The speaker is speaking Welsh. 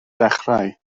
dechrau